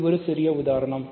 இது ஒரு சிறிய உதாரணம்